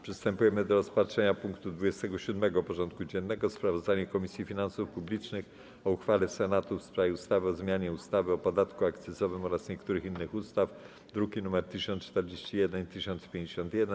Przystępujemy do rozpatrzenia punktu 27. porządku dziennego: Sprawozdanie Komisji Finansów Publicznych o uchwale Senatu w sprawie ustawy o zmianie ustawy o podatku akcyzowym oraz niektórych innych ustaw (druki nr 1041 i 1051)